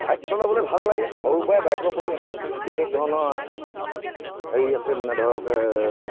bike চলাবলৈ ভাল লাগে সৰুৰ পৰাই বাইকৰ প্ৰতি এটা বিশেষ ধৰণৰ হেৰি আছে মানে ধৰক